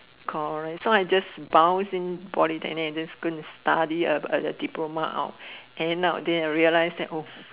correct so I bounce in Polytechnic and just go study a diploma out end up than I